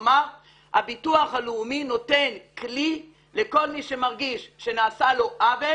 כלומר הביטוח הלאומי נותן כלי לכל מי שמרגיש שנעשה לו עוול